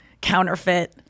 counterfeit